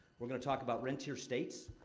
we're gonna talk about rentier states,